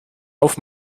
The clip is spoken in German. auf